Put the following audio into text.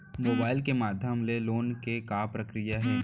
Mobile के माधयम ले लोन के का प्रक्रिया हे?